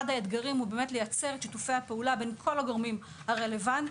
אחד האתגרים הוא לייצר שיתופי פעולה בין כל הגורמים הרלוונטיים.